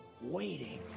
Waiting